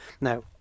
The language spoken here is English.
now